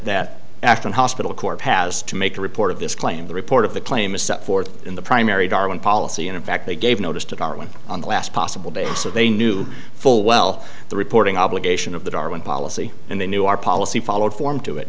that after the hospital corp has to make a report of this claim the report of the claim is set forth in the primary darwin policy and in fact they gave notice to darwin on the last possible day so they knew full well the reporting obligation of the darwin policy and they knew our policy followed form to it